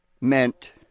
meant